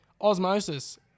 Osmosis